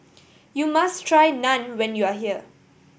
you must try Naan when you are here